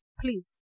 please